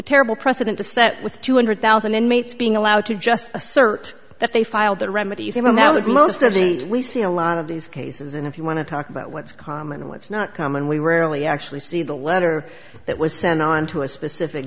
terrible precedent to set with two hundred thousand inmates being allowed to just assert that they filed the remedies even now the most as we see a lot of these cases and if you want to talk about what's common and what's not common we rarely actually see the letter that was sent on to a specific